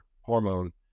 hormone